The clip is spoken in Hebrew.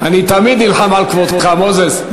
אני תמיד נלחם על כבודך, מוזס.